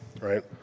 right